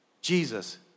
Jesus